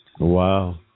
Wow